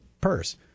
purse